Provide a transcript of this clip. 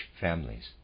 families